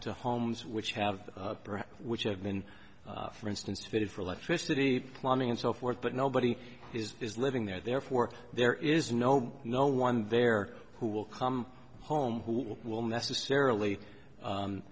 to homes which have which have been for instance fitted for electricity plumbing and so forth but nobody is living there therefore there is no no one there who will come home who will necessarily